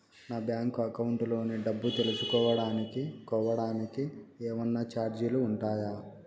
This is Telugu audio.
నా బ్యాంకు అకౌంట్ లోని డబ్బు తెలుసుకోవడానికి కోవడానికి ఏమన్నా చార్జీలు ఉంటాయా?